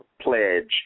pledge